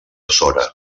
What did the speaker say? sora